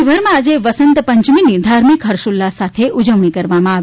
રાજ્યભરમાં આજે વસંત પંચમીની ધાર્મિક હર્ષોલ્લાસ સાથે ઉજવણી કરવામાં આવી